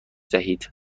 دهید